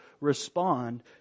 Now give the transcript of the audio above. respond